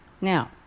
Now